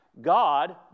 God